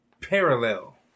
parallel